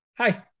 hi